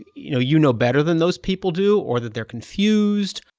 you know, you know better than those people do? or that they're confused,